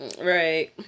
Right